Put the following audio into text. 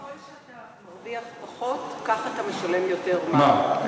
ככל שאתה מרוויח פחות כך אתה משלם יותר מע"מ.